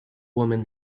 woman